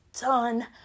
done